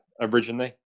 originally